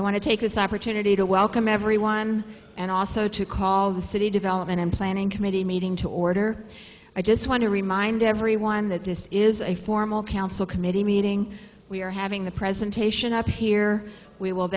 i want to take this opportunity to welcome everyone and also to call the city development and planning committee meeting to order i just want to remind everyone that this is a formal council committee meeting we are having the presentation up here we will